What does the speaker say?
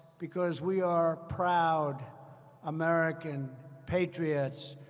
because we are proud american patriots.